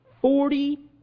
Forty